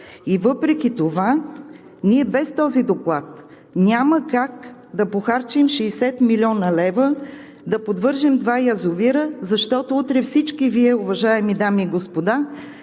Въпреки това ние без този доклад няма как да похарчим 60 млн. лв., да подвържем два язовира, защото утре всички Вие, уважаеми дами и господа,